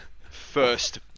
First